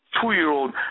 two-year-old